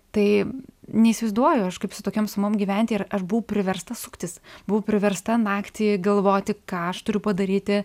tai neįsivaizduoju kaip su tokiom sumom gyventi ir aš buvau priversta suktis buvau priversta naktį galvoti ką aš turiu padaryti